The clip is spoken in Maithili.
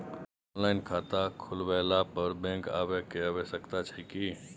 ऑनलाइन खाता खुलवैला पर बैंक आबै के आवश्यकता छै की?